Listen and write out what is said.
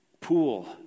pool